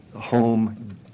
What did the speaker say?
home